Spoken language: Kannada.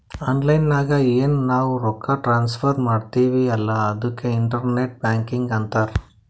ಆನ್ಲೈನ್ ನಾಗ್ ಎನ್ ನಾವ್ ರೊಕ್ಕಾ ಟ್ರಾನ್ಸಫರ್ ಮಾಡ್ತಿವಿ ಅಲ್ಲಾ ಅದುಕ್ಕೆ ಇಂಟರ್ನೆಟ್ ಬ್ಯಾಂಕಿಂಗ್ ಅಂತಾರ್